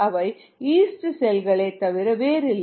அவை ஈஸ்ட் செல்களே தவிர வேறில்லை